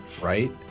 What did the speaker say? Right